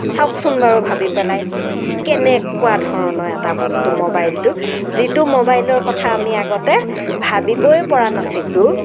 চাওকচোন বাৰু ভাবি পেলাই কেনেকুৱা ধৰণৰ এটা বস্তু ম'বাইলটো যিটো ম'বাইলৰ কথা আমি আগতে ভাবিবই পৰা নাছিলোঁ